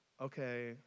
okay